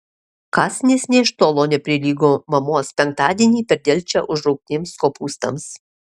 kąsnis nė iš tolo neprilygo mamos penktadienį per delčią užraugtiems kopūstams